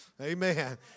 Amen